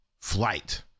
flight